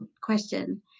question